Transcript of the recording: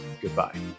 goodbye